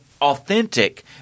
authentic